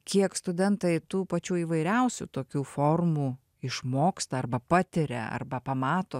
kiek studentai tų pačių įvairiausių tokių formų išmoksta arba patiria arba pamato